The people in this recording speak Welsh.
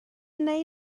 wnei